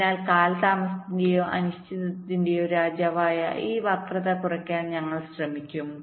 അതിനാൽ കാലതാമസത്തിന്റെയോ അനിശ്ചിതത്വത്തിന്റെയോ രാജാവായ ഈ വക്രത കുറയ്ക്കാൻ ഞങ്ങൾ ശ്രമിക്കും